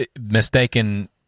mistaken